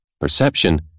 perception